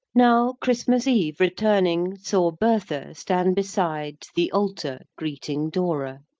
now christmas eve returning, saw bertha stand beside the altar, greeting dora,